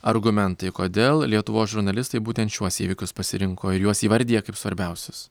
argumentai kodėl lietuvos žurnalistai būtent šiuos įvykius pasirinko ir juos įvardija kaip svarbiausius